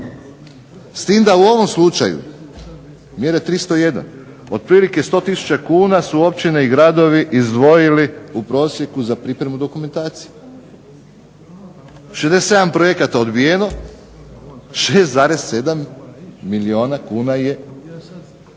S tim da u ovom slučaju mjere 301 otprilike 100 tisuća kuna su općine i gradovi izdvojili u prosjeku za pripremu dokumentacije. 67 projekata odbijeno, 6,7 milijuna kuna je